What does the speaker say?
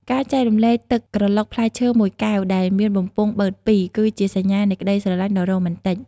ការចែករំលែកទឹកក្រឡុកផ្លែឈើមួយកែវដែលមានបំពង់បឺតពីរ គឺជាសញ្ញានៃក្តីស្រឡាញ់ដ៏រ៉ូមែនទិក។